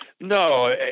No